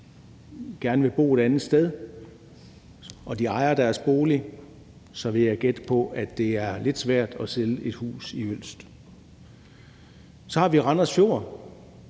gerne vil bo et andet sted, så vil jeg gætte på, at det er lidt svært at sælge et hus i Ølst. Så har vi Randers Fjord.